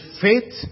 faith